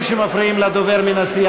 כבוד השר